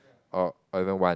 orh I don't want